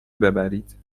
ببرید